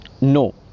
No